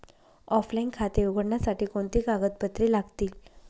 Offline खाते उघडण्यासाठी कोणती कागदपत्रे लागतील?